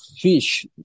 fish